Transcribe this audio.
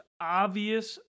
obvious